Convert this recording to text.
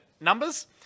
numbers